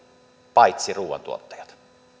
paitsi ruuantuottajat